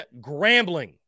Grambling